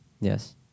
Yes